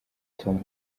tom